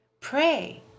Pray